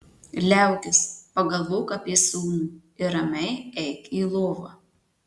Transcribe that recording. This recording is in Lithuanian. liaukis pagalvok apie sūnų ir ramiai eik į lovą